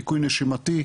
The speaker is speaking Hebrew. דיכוי נשימתי,